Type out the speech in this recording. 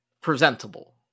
presentable